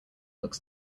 looks